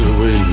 away